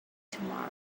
tomorrow